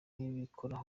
n’imikorere